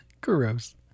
Gross